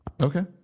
Okay